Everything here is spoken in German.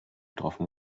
getroffen